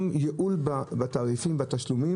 דווקא לאלה שמשלמים את התעריף הגבוה אתה מבטל את ההנחה של 20%,